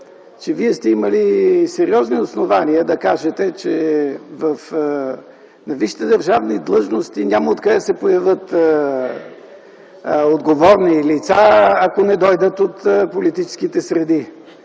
че Вие сте имали сериозни основания да кажете, че на висшите държавни длъжности няма откъде да се появят отговорни лица, ако не дойдат от политическите среди,